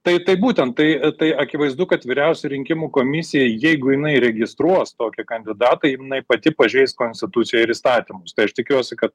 tai tai būtent tai tai akivaizdu kad vyriausioji rinkimų komisija jeigu jinai registruos tokį kandidatą jinai pati pažeis konstituciją ir įstatymus tai aš tikiuosi kad